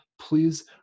Please